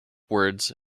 words